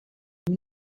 nous